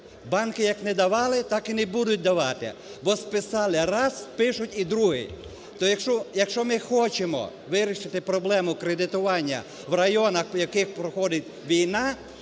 банки як не давали, так і не будуть давати, бо списали раз і спишуть і другий. Якщо ми хочемо вирішити проблему кредитування в районах, в яких проходить війна,